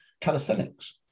calisthenics